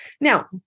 Now